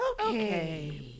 Okay